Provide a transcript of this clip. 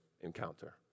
encounter